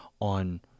on